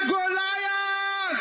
Goliath